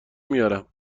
میارم